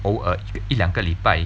偶尔一两个礼拜